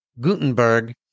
Gutenberg